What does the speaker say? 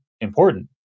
important